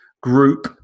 Group